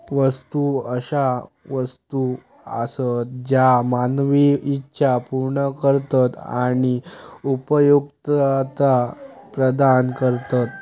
वस्तू अशा वस्तू आसत ज्या मानवी इच्छा पूर्ण करतत आणि उपयुक्तता प्रदान करतत